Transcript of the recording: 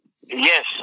Yes